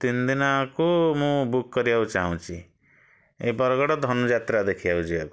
ତିନି ଦିନକୁ ମୁଁ ବୁକ୍ କରିବାକୁ ଚାହୁଁଛି ବରଗଡ଼ ଧନୁଯାତ୍ରା ଦେଖିବାକୁ ଯିବାକୁ